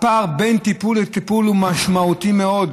הפער בין טיפול לטיפול הוא משמעותי מאוד.